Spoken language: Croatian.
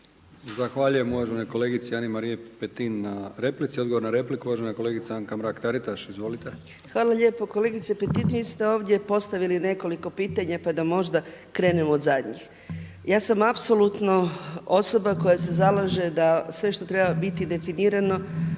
Zahvaljujem uvaženoj kolegici Ani-Mariji Petin na replici. Odgovor na repliku uvažena kolegica Anka Mrak Taritaš. Izvolite. **Mrak-Taritaš, Anka (HNS)** Hvala lijepo. Kolegice Petin, vi ste ovdje postavili nekoliko pitanja pa da možda krenem od zadnjih. Ja sam apsolutno osoba koja se zalaže da sve što treba biti definirano